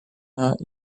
not